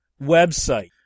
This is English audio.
website